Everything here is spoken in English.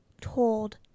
told